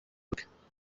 bwe